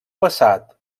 passat